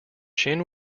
chin